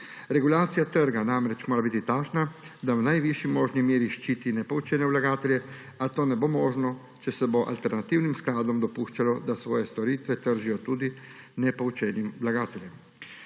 Regulacija trga namreč mora biti takšna, da najvišji možni meri ščiti nepoučene vlagatelje, a to ne bo možno, če se bo alternativnim skladom dopuščalo, da svoje storitve tržijo tudi nepoučenim vlagateljem.